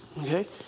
Okay